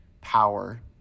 power